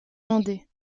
mandé